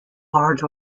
large